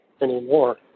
anymore